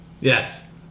Yes